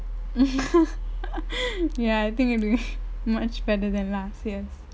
ya I think it'll be much better than last year's